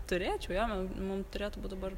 turėčiau jo mum turėtų būt dabar